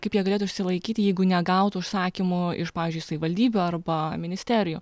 kaip jie galėtų išsilaikyti jeigu negautų užsakymų iš pavyzdžiui savivaldybių arba ministerijų